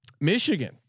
Michigan